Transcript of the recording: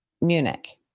Munich